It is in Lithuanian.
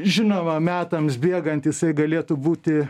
žinoma metams bėgant jisai galėtų būti